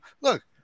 look